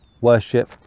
worship